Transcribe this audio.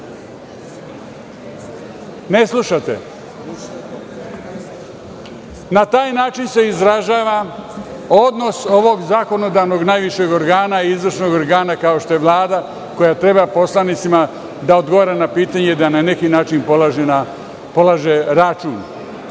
Ne slušate. Na taj način se izražava odnos ovog zakonodavnog najvišeg organa i izvršnog organa, kao što je Vlada koja treba poslanicima da odgovara na pitanja i da na neki način polaže račun. Drugo,